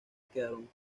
quedaron